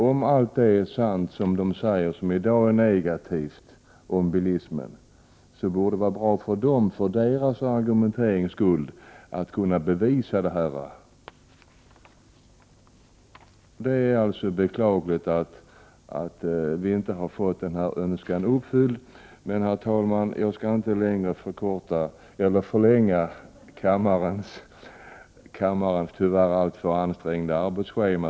Om allt det som de som i dag är negativa till bilismen säger är sant, borde det vara bra för deras argumentering att kunna bevisa det också. Det är alltså beklagligt att vi inte har fått vår önskan uppfylld. Herr talman! Jag skall inte förlänga kammarens tyvärr alltför ansträngda arbetsschema.